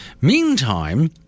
Meantime